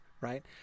right